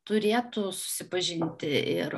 turėtų susipažinti ir